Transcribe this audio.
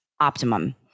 optimum